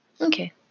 Okay